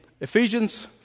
Ephesians